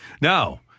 Now